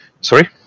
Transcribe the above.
Sorry